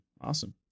awesome